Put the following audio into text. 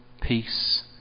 peace